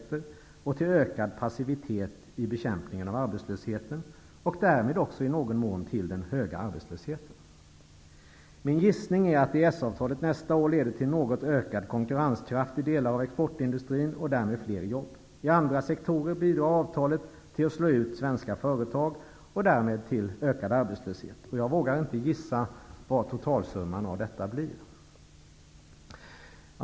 Jag tror även att det har bidragit till ökad passivitet i bekämpningen av arbetslösheten och därmed också i någon mån till den höga arbetslösheten. Min gissning är att EES-avtalet nästa år leder till något ökad konkurrenskraft i delar av exportindustrin och därmed fler jobb. Inom andra sektorer leder avtalet till att svenska företag slås ut och därmed till att arbetslösheten ökar. Jag vågar inte gissa vad totalsumman av detta blir.